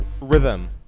Rhythm